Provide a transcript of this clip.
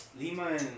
Lima